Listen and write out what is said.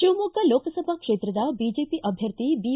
ಶಿವಮೊಗ್ಗ ಲೋಕಸಭಾ ಕ್ಷೇತ್ರದ ಬಿಜೆಪಿ ಅಭ್ಯರ್ಥಿ ಬಿ